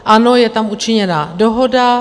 Ano, je tam učiněna dohoda.